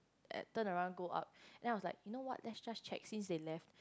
and turn around go up then I was like you know what let's just check since they left